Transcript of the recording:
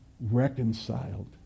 reconciled